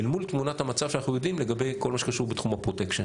אל מול תמונת המצב שאנחנו יודעים לגבי כל מה שקשור בתחום הפרוטקשן.